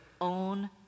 own